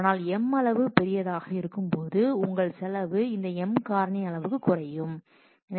ஆனால் M அளவு பெரியதாக ஆகும் போது உங்கள் செலவு இந்த M காரணி அளவுக்கு குறையும்